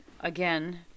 again